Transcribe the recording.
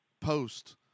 post